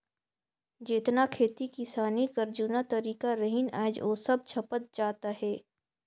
जेतना खेती किसानी कर जूना तरीका रहिन आएज ओ सब छपत जात अहे